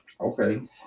Okay